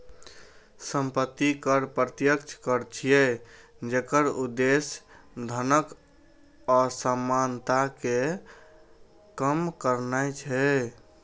संपत्ति कर प्रत्यक्ष कर छियै, जेकर उद्देश्य धनक असमानता कें कम करनाय छै